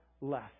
less